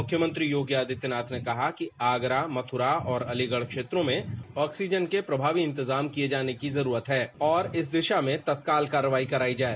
मुख्यमंत्री योगी आदित्यनाथ ने कहा की आगरा मथुरा और अलीगढ़ क्षेत्रों में ऑक्सीजन के प्रभावी इंतजाम किए जाने की जरूरत है और इस दिशा में तत्काल कार्यवाही कराई जाए